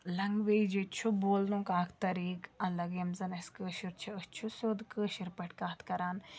language ییٚتہِ چھُ بولنُک اَکھ طریٖق الگ یِم زَن اَسہِ کٲشُر چھِ أسۍ چھِ سیوٚد کٲشِر پٲٹھۍ کَتھ کَران